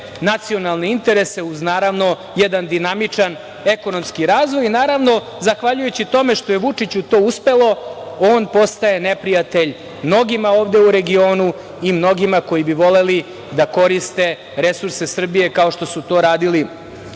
nacionalne interese, uz naravno jedan dinamičan ekonomski razvoj. Naravno, zahvaljujući tome što je Vučiću to uspelo, on postaje neprijatelj mnogima ovde u regionu i mnogima koji bi voleli da koriste resurse Srbije, kao što su to radili